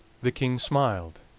the king smiled,